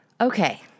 Okay